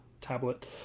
tablet